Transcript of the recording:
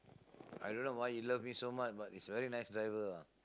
I don't know why he love me so much be he's very nice driver ah